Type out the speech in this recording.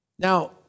Now